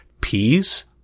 peas